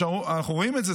אנחנו רואים את זה,